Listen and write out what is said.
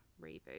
reboot